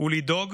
היא לדאוג